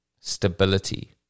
stability